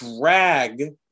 drag